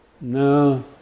No